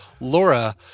Laura